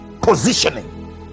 positioning